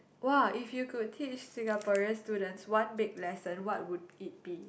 !woah! if you could teach Singaporean students one big lesson what would it be